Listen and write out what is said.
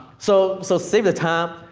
so so, save the time,